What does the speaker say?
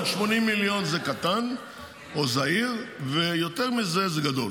עד 80 מיליון זה קטן או זעיר, ויותר מזה זה גדול.